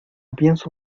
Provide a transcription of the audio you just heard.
pienso